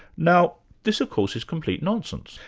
now this of course is complete nonsense.